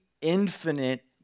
infinite